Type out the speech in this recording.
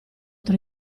tra